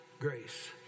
Grace